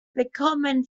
bekommen